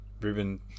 Ruben